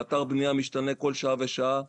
אתר בנייה משתנה כל שעה ושעה,